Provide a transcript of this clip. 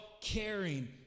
caring